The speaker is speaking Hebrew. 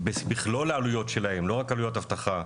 במכלול העליות שלהן, לא רק עליות אבטחה.